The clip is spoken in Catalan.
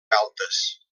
galtes